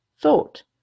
Thought